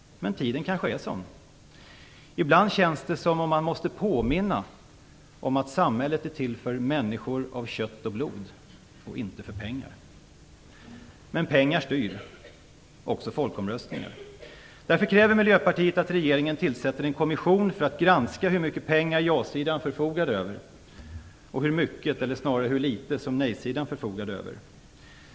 Men tiden kanske är sådan. Ibland känns det som att man måste påminna om att samhället är till för människor av kött och blod, inte för pengar. Men pengar styr. De styr också folkomröstningar. Därför kräver Miljöpartiet de gröna att regeringen tillsätter en kommission för att granska hur mycket pengar ja-sidan förfogade över och hur mycket - eller snarare hur litet - nej-sidan förfogade över.